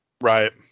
Right